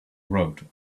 road